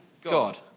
God